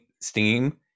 steam